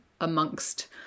amongst